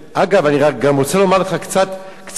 אגב, אני גם רוצה לומר לך קצת מספרים.